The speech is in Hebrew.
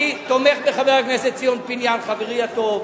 אני תומך בחבר הכנסת ציון פיניאן, חברי הטוב,